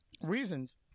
reasons